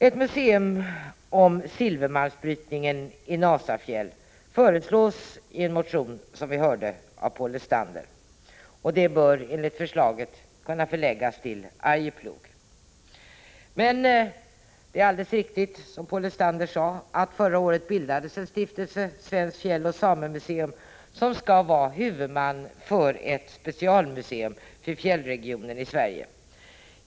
Ett museum om silvermalmsbrytningen i Nasafjäll föreslås, som vi hörde, i en motion av Paul Lestander och det bör enligt förslaget kunna förläggas till Arjeplog. Som Paul Lestander sade bildades förra året en stiftelse, Stiftelsen Svenskt fjälloch samemuseum, som skall vara huvudman för ett specialmuseum för fjällregionen i Sverige.